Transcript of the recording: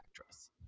actress